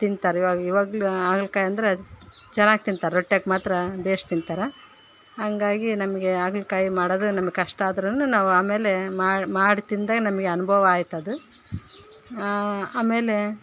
ತಿಂತಾರೆ ಇವಾಗ ಇವಾಗಲೂ ಹಾಗಲ್ಕಾಯಿ ಅಂದರೆ ಚೆನ್ನಾಗ್ ತಿಂತಾರೆ ರೊಟ್ಯಾಕೆ ಮಾತ್ರ ಭೇಷ್ ತಿಂತಾರೆ ಹಂಗಾಗಿ ನಮಗೆ ಹಾಗಲ್ಕಾಯಿ ಮಾಡೋದು ನಮ್ಗೆ ಕಷ್ಟ ಆದ್ರೂ ನಾವು ಆಮೇಲೆ ಮಾಡಿ ತಿಂದಾಗ ನಮಗೆ ಅನುಭವ ಆಯ್ತು ಅದು ಆಮೇಲೆ